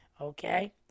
Okay